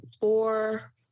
four